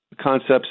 concepts